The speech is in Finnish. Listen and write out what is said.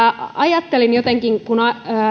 ajattelin jotenkin kun